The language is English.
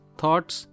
thoughts